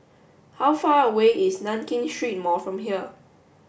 how far away is Nankin Street Mall from here